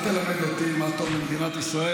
אל תלמד אותי מה טוב למדינת ישראל.